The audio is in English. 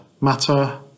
matter